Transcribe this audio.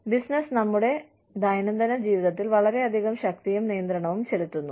business നമ്മുടെ ദൈനംദിന ജീവിതത്തിൽ വളരെയധികം ശക്തിയും നിയന്ത്രണവും ചെലുത്തുന്നു